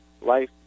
life